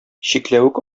чикләвек